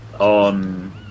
on